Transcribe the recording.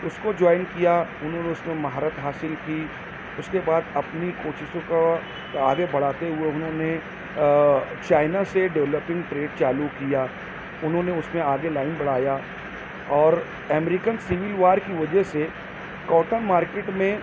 اس کو جوائن کیا انہوں نے اس میں مہارت حاصل کی اس کے بعد اپنی کوششوں کو آگے بڑھاتے ہوئے انہوں نے چائنا سے ڈیولپنگ ٹریڈ چالو کیا انہوں نے اس میں آگے لائن بڑھایا اور امریکن سول وار کی وجہ سے کاٹن مارکیٹ میں